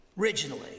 originally